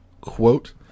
Quote